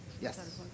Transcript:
Yes